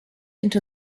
into